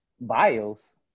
Bios